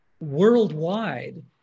worldwide